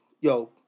Yo